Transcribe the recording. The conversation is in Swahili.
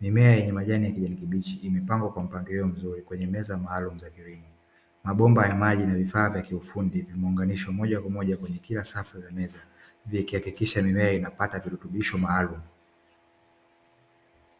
mimea yenye majani ya kijani kibichi, imepangwa kwa mpangilio mzuri kwenye meza maalumu za eneo hilo. Mabomba ya maji na vifaa vya kiufundi, vimeunganishwa moja kwa moja kwenye kila safu za meza, vikihakikisha mimea inapata virutubisho maalumu.